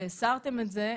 והסרתם את זה.